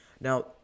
Now